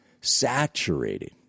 saturated